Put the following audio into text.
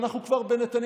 ואנחנו כבר בנתניהו,